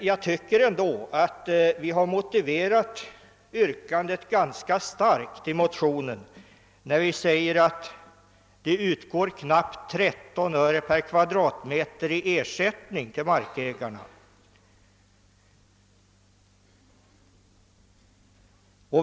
Jag tycker dock att vi i motionen framlagt ganska starka skäl för vårt yrkande, nämligen att knappt 13 öre per kvadratmeter utgår i ersättning till markägarna.